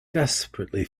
desperately